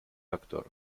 actor